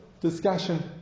discussion